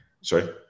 sorry